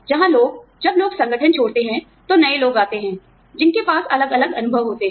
जहां लोग जब लोग संगठन छोड़ते हैं तो नए लोग आते हैं जिनके पास अलग अलग अनुभव होते हैं